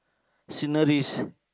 sceneries